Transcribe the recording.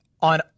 on